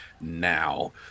now